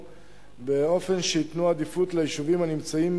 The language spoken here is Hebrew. באופן שייתנו עדיפות ליישובים הנמצאים